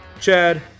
Chad